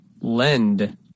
Lend